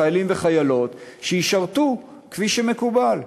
חיילים וחיילות שישרתו כפי שמקובל,